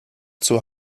zur